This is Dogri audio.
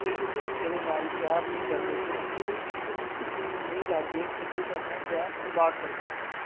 जे तुस एह्दे कन्नै प्यार नेईं करदे तां तुस उस्सी नेईं लाग्गे ते तुस अपना पैहा बरबाद करगे